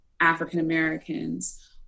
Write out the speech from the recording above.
African-Americans